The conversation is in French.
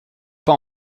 pas